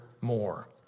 more